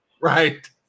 Right